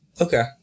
Okay